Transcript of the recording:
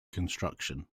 construction